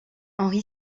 henri